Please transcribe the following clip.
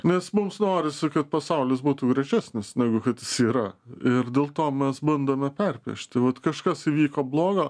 nes mums norisi kad pasaulis būtų gražesnis negu kad jis yra ir dėl to mes bandome perpiešti vat kažkas įvyko blogo